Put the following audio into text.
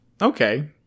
okay